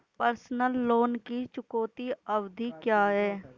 Personal loan की चुकौती अवधि क्या है?